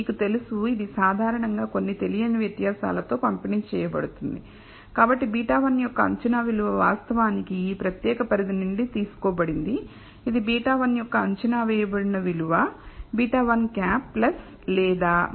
మీకు తెలుసు ఇది సాధారణంగా కొన్ని తెలియని వ్యత్యాసాలతో పంపిణీ చేయబడుతుంది కాబట్టి β1 యొక్క అంచనా విలువ వాస్తవానికి ఈ ప్రత్యేక పరిధి నుండి తీసుకోబడింది ఇది β1 యొక్క అంచనా వేయబడిన విలువ β̂1 లేదా 2